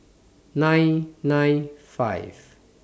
nine nine five